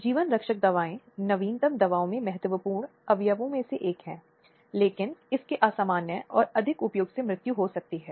इसी तरह उन स्थितियों में जहां महिला गर्भवती हो सकती है या संघर्ष सांप्रदायिक संघर्ष आदि की स्थिति हो सकती है और ऐसी स्थिति में क्या होता है